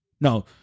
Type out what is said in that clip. No